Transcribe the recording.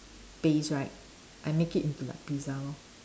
base right I make into like pizza lor